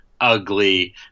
ugly